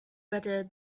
better